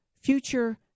future